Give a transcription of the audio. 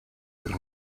than